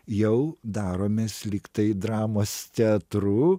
jau daromės lyg tai dramos teatru